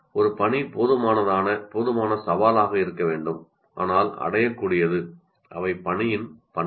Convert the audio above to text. ஒரு பணி போதுமான சவாலாக இருக்க வேண்டும் ஆனால் அடையக்கூடியது அவை பணியின் பண்புகள்